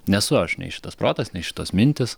nesu aš nei šitas protas nei šitos mintys